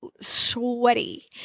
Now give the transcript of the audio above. sweaty